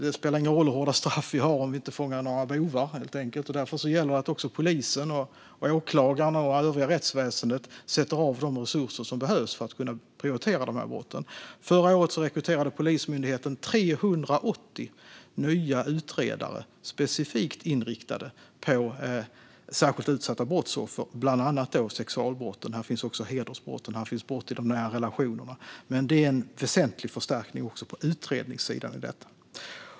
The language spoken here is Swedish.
Det spelar ingen roll hur hårda straff vi har om vi inte fångar några bovar, och därför gäller det att också polisen, åklagarna och övriga rättsväsendet sätter av de resurser som behövs för att kunna prioritera dessa brott. Förra året rekryterade Polismyndigheten 380 nya utredare specifikt inriktade på särskilt utsatta brottsoffer, bland annat för sexualbrott. Här finns också hedersbrotten och brott i nära relationer. Det är en väsentlig förstärkning också på utredningssidan i detta.